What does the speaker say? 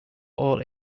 all